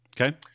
Okay